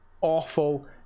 awful